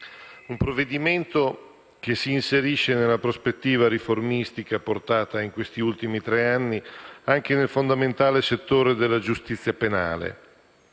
Un provvedimento che si inserisce nella prospettiva riformistica portata avanti in questi ultimi tre anni, anche nel fondamentale settore della giustizia penale.